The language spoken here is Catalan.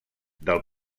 del